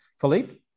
Philippe